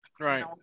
Right